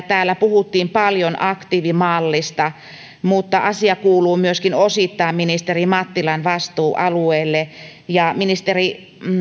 täällä puhuttiin paljon aktiivimallista mutta asia kuuluu myöskin osittain ministeri mattilan vastuualueelle ministeri